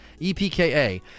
EPKA